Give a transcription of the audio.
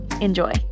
Enjoy